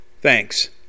thanks